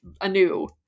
anew